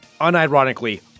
unironically